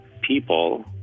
people